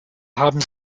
haben